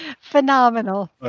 phenomenal